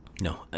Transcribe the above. no